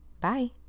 Bye